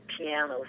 pianos